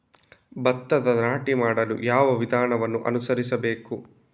ಭತ್ತದ ನಾಟಿ ಮಾಡಲು ಯಾವ ವಿಧಾನವನ್ನು ಅನುಸರಿಸಬೇಕು?